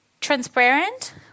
transparent